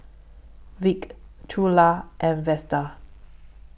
Vic Trula and Vesta